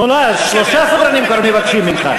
נורא, שלושה סדרנים כבר מבקשים ממך.